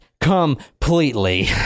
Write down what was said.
completely